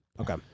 okay